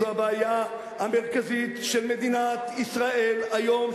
זו הבעיה המרכזית של מדינת ישראל היום,